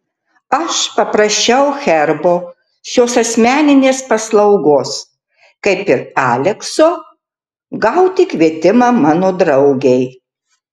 aš paprašiau herbo šios asmeninės paslaugos kaip ir alekso gauti kvietimą mano draugei